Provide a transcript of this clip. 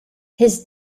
his